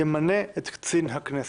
ימנה את קצין הכנסת.